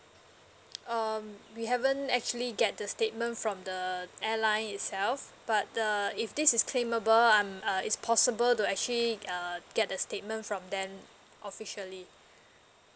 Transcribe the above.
um we haven't actually get the statement from the airline itself but err if this is claimable I'm uh it's possible to actually err get the statement from them officially